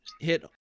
hit